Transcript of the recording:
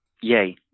Yay